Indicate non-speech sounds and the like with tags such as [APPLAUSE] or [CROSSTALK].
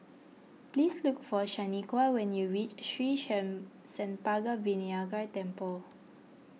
please look for Shanequa when you reach Sri [UNINTELLIGIBLE] Senpaga Vinayagar Temple